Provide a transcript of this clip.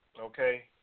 Okay